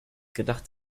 gedacht